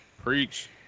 preach